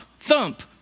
thump